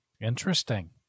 Interesting